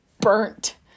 burnt